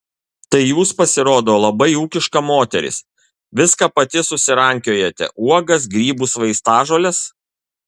tai jūs pasirodo labai ūkiška moteris viską pati susirankiojate uogas grybus vaistažoles